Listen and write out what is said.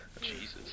jesus